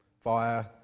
via